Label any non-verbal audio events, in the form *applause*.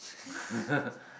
*laughs*